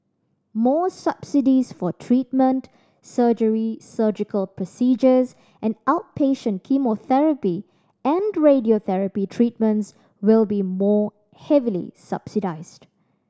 more subsidies for treatment surgery surgical procedures and outpatient chemotherapy and radiotherapy treatments will be more heavily subsidised